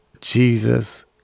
Jesus